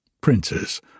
princes